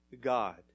God